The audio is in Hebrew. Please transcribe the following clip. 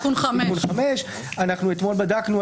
תיקון 5. אתמול בדקנו,